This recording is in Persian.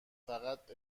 فقط